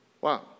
Wow